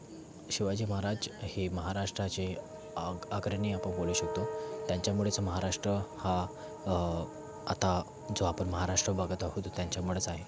शिवाजी महाराज हे महाराष्ट्राचे आग आदरणीय बोलू शकतो त्यांच्यामुळेच महाराष्ट्र हा आता जो आपण महाराष्ट्र बघत आहो तो त्यांच्यामुळेच आहे